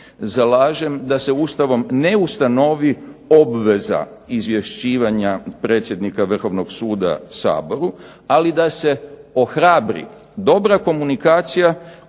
zalažem da se Ustavom ne ustanovi obveza izvješćivanja predsjednika Vrhovnog suda Saboru ali da se ohrabri dobra komunikacija